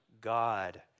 God